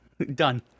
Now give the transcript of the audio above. Done